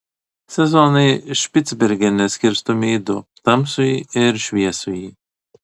sezonai špicbergene skirstomi į du tamsųjį ir šviesųjį